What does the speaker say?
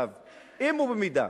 אם ובמידה